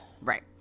Right